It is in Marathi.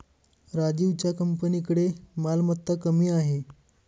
राजीवच्या कंपनीकडे मालमत्ता कमी आहे